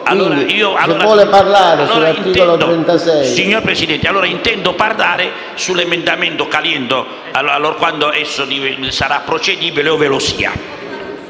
Se vuole parlare sull'articolo 36,